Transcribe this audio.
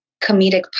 comedic